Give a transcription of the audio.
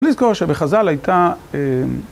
לזכור שבחז"ל הייתה